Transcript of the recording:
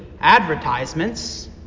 advertisements